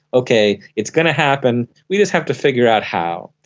okay, it's going to happen, we just have to figure out how,